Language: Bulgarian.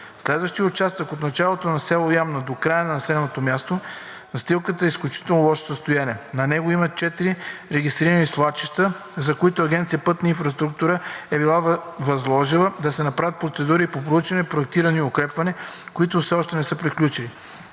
следващия участък – от началото на село Ямна до края на населеното място – настилката е в изключително лошо състояние. На него има четири регистрирани свлачища, за които Агенция „Пътна инфраструктура“ е била възложила да се направят процедури по проучване, проектиране и укрепване, които все още не са приключили.